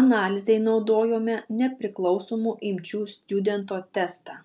analizei naudojome nepriklausomų imčių stjudento testą